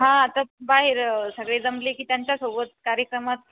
हां तर बाहेर सगळे जमले की त्यांच्यासोबत कार्यक्रमात